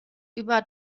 über